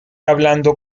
hablando